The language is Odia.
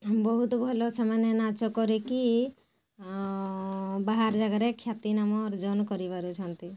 ବହୁତ ଭଲ ସେମାନେ ନାଚ କରିକି ବାହାର ଜାଗାରେ ଖ୍ୟାତି ନାମ ଅର୍ଜନ କରିପାରୁଛନ୍ତି